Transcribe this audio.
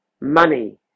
Money